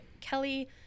Kelly